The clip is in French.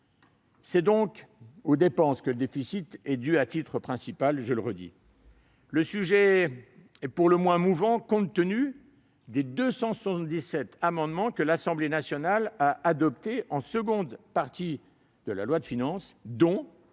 C'est donc aux dépenses que le déficit est dû à titre principal. Le sujet est pour le moins mouvant, compte tenu des 277 amendements que l'Assemblée nationale a adoptés en seconde partie de la loi de finances, dont